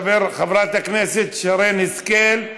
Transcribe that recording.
חברת הכנסת שרן השכל,